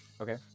Okay